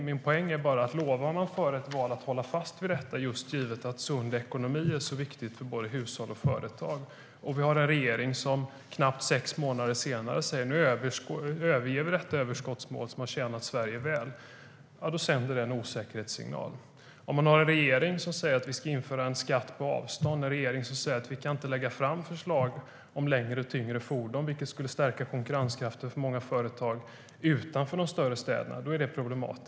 Men min poäng är att om man före ett val lovar att hålla fast vid detta, just givet att en sund ekonomi är så viktig för både hushåll och företag, och regeringen knappt sex månader senare säger att man överger det överskottsmål som har tjänat Sverige väl, då sänder det en osäkerhetssignal. Om vi har en regering som säger att vi ska införa en skatt på avstånd och som säger att man inte kan lägga fram förslag om längre och tyngre fordon, vilket skulle stärka konkurrenskraften för många företag utanför de större städerna, är det problematiskt.